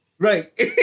Right